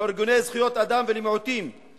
לארגוני זכויות אדם ולמיעוטים,